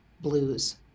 blues